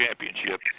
championship